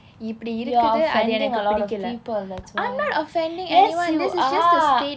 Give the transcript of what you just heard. you're offending a lot of people that's why yes you are